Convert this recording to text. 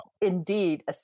Indeed